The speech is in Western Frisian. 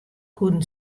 koene